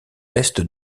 l’est